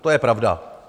To je pravda.